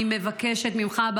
אני מבקשת ממך,